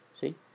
See